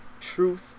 truth